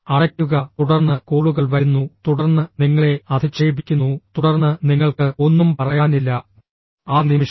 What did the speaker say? അടയ്ക്കുക തുടർന്ന് കോളുകൾ വരുന്നു തുടർന്ന് നിങ്ങളെ അധിക്ഷേപിക്കുന്നു തുടർന്ന് നിങ്ങൾക്ക് ഒന്നും പറയാനില്ല ആ നിമിഷം